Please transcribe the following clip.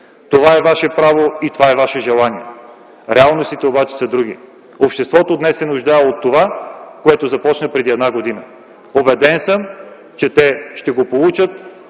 Това е ваше право и ваше желание. Реалностите обаче са други. Обществото днес се нуждае от това, което започнахме преди една година. Убеден съм, че то ще го получи.